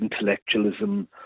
intellectualism